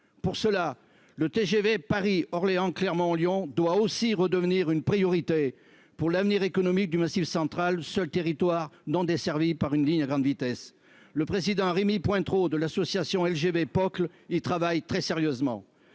pour cela, le TGV Paris-Orléans-Clermont Lyon doit aussi redevenir une priorité pour l'avenir économique du Massif Central, seul territoire dont desservi par une ligne à grande vitesse le président Rémy Pointereau de l'association LGV POCL il travaille très sérieusement